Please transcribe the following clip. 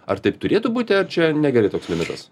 ar taip turėtų būti ar čia negerai toks limitas